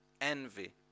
Envy